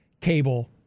cable